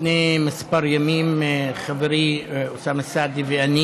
לפני כמה ימים חברי אוסאמה סעדי ואני